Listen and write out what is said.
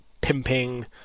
pimping